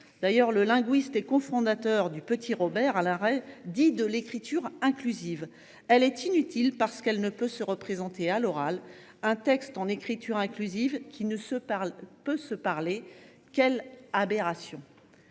Selon le linguiste et cofondateur du dictionnaire, Alain Rey, l’écriture inclusive est inutile, parce qu’elle ne peut se représenter à l’oral. Un texte en écriture inclusive qui ne peut se parler, quelle aberration !